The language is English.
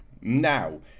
now